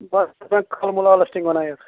بَس کھلہٕ مُل آلَسٹینگ وَنان یَتھ